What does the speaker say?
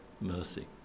Mercy